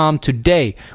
today